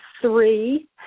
three